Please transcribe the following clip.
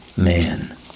man